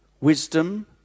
Wisdom